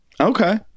Okay